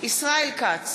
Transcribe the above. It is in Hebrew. ישראל כץ,